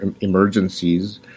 emergencies